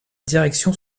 direction